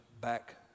back